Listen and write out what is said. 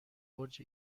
برج